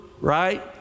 right